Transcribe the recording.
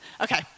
okay